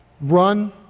run